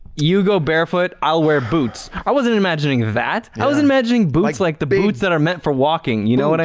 you go barefoot i'll wear boots, i wasn't imagining that. i was imagining boots like the boots that are meant for walking, you know what i